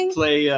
play